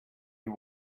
you